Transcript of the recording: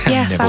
Yes